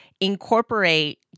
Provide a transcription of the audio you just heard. incorporate